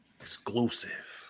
Exclusive